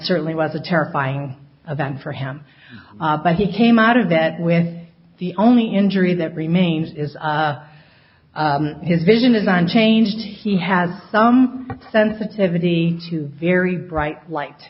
certainly was a terrifying of them for him but he came out of that with the only injury that remains is his vision is unchanged he has some sensitivity to very bright light